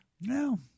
No